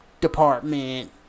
department